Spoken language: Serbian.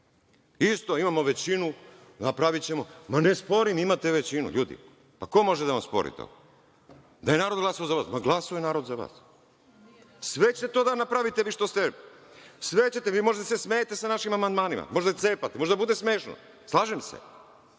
Isto, imamo većinu, napravićemo. Ma, ne sporim, imate većinu, ljudi, ko može da vam spori to? Narod je glasao za vas? Ma, glasao je narod za vas. Sve ćete to da napravite. Vi možete da se smejete sa našim amandmanima, možete da ih cepate, može da bude smešno, slažem se,